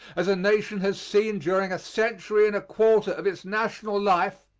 as a nation has seen during a century and a quarter of its national life,